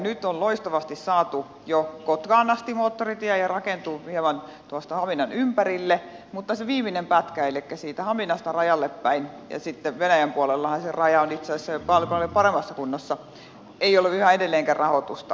nyt on loistavasti saatu jo kotkaan asti moottoritie ja se rakentuu hieman tuosta haminan ympärille mutta sille viimeiselle pätkälle elikkä siitä haminasta rajalle päin venäjän puolellahan se raja on itse asiassa jo paljon paremmassa kunnossa ei ole yhä edelleenkään rahoitusta